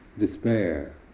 Despair